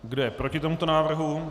Kdo je proti tomuto návrhu?